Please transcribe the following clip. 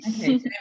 okay